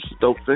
dope